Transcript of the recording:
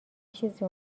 چیزی